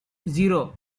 zero